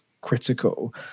critical